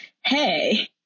hey